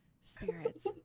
Spirits